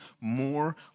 more